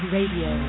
Radio